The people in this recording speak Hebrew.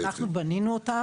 -- שאנחנו בנינו אותם.